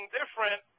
different